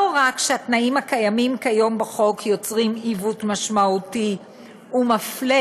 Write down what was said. לא רק שהתנאים הקיימים כיום בחוק יוצרים עיוות משמעותי ומפלה